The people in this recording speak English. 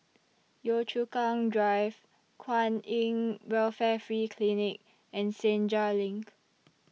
Yio Chu Kang Drive Kwan in Welfare Free Clinic and Senja LINK